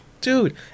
dude